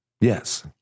Yes